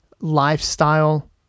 lifestyle